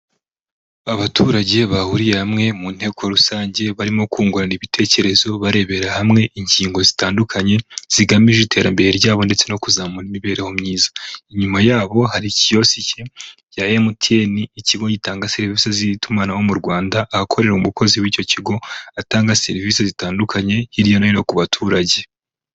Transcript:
Abaturage bahuriye hamwe mu nteko rusange barimo kungurana ibitekerezo barebera hamwe ingingo zitandukanye zigamije iterambere ryabo ndetse no kuzamura imibereho myiza ,inyuma yabo hari kiyosike ya mtn ni ikigo gitanga serivisi z'itumanaho mu rwanda hakorera umukozi w'icyo kigo atanga serivisi zitandukanye hirya no hino ku baturage.